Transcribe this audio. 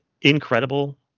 Incredible